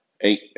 eight